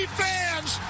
fans